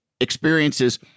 experiences